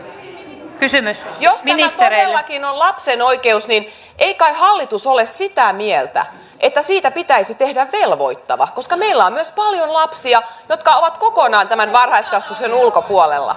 jos tämä todellakin on lapsen oikeus niin ei kai hallitus ole sitä mieltä että siitä pitäisi tehdä velvoittava koska meillä on myös paljon lapsia jotka ovat kokonaan tämän varhaiskasvatuksen ulkopuolella